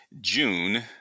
June